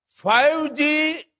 5G